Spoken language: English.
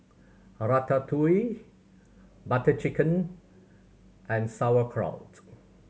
Ratatouille Butter Chicken and Sauerkraut